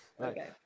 okay